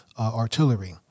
artillery